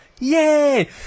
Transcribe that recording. Yay